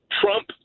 Trump